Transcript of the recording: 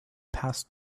passed